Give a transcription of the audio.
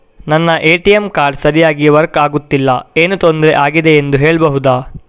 ನನ್ನ ATM card ಸರಿಯಾಗಿ work ಆಗುತ್ತಿಲ್ಲ, ಏನು ತೊಂದ್ರೆ ಆಗಿದೆಯೆಂದು ಹೇಳ್ಬಹುದಾ?